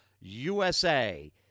USA